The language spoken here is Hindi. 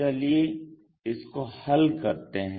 चलिए इसको हल करते हैं